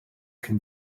cyn